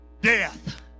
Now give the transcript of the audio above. death